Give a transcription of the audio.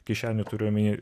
kišenių turiu omeny